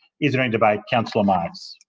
is there any debate? councillor marx.